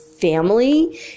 family